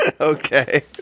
Okay